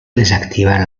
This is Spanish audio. desactivar